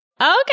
Okay